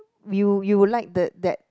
you you like the that